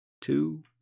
two